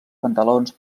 pantalons